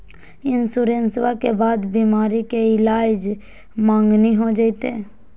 इंसोरेंसबा के बाद बीमारी के ईलाज मांगनी हो जयते?